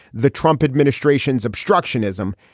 the trump administration's obstructionism.